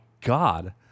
God